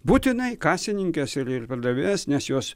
būtinai kasininkės ir ir pardavėjos nes jos